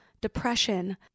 depression